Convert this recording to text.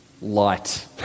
Light